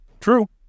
True